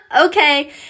okay